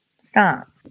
Stop